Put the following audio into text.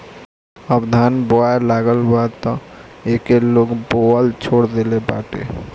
अब धान बोआए लागल बा तअ एके लोग बोअल छोड़ देहले बाटे